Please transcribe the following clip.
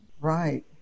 Right